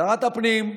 שרת הפנים,